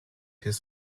his